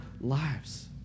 lives